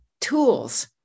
tools